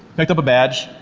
pick up a badge,